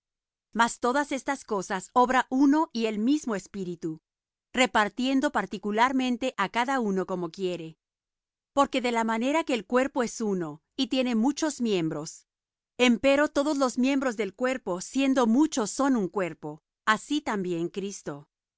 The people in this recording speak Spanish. mas todas estas cosas obra uno y el mismo espíritu repartiendo particularmente á cada uno como quiere porque de la manera que el cuerpo es uno y tiene muchos miembros empero todos los miembros del cuerpo siendo muchos son un cuerpo así también cristo